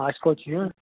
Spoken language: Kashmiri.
اَسہِ کوٚت چھُ یُن